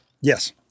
Yes